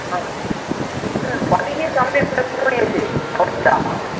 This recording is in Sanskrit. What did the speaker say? अस्तु ध्वनिः सम्यक् न श्रूयते भवत्याः